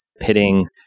pitting